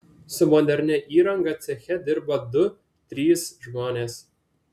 su modernia įranga ceche dirba du trys žmonės